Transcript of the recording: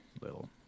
little